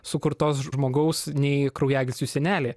sukurtos žmogaus nei kraujagyslių sienelė